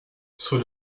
sur